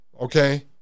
okay